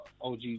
OG